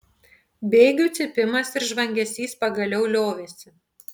bėgių cypimas ir žvangesys pagaliau liovėsi